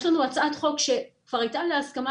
יש לנו הצעת חוק שכבר ניתנה להסכמה,